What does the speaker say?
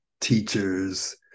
teachers